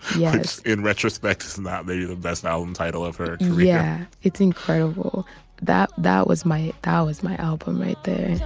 yes. in retrospect it's and not really the best album title ever yeah it's incredible that that was my how is my album right there.